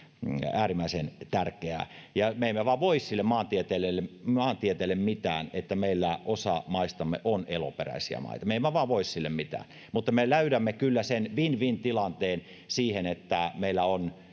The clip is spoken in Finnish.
äärimmäisen tärkeää ja me emme vain voi sille maantieteelle mitään sille että osa meidän maistamme on eloperäisiä maita me emme vain voi sille mitään me löydämme kyllä sen win win tilanteen siihen että meillä on